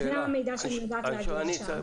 זה המידע שאני יודעת להגיד עכשיו.